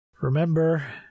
Remember